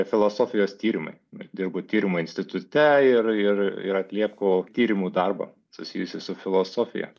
filosofijos tyrimai dirbu tyrimų institute ir ir ir atlieku tyrimų darbą susijusį su filosofija